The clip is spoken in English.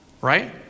right